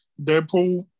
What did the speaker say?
Deadpool